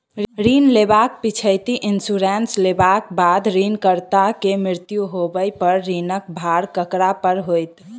ऋण लेबाक पिछैती इन्सुरेंस लेबाक बाद ऋणकर्ताक मृत्यु होबय पर ऋणक भार ककरा पर होइत?